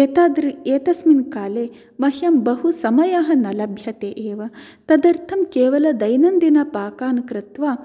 एतद् एतस्मिन् काले मह्यं बहु समयः न लभ्यते एव तदर्थं केवल दैनन्दिनपाकान् कृत्वा